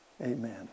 Amen